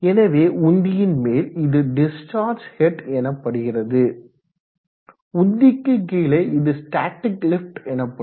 எனவே உந்தியின் மேல் இது டிஸ்சார்ஜ் ஹேட் எனப்படுகிறது உந்திக்கு கீழே இது ஸ்டாடிக் லிஃப்ட் எனப்படும்